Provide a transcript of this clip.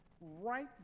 right